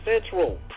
Central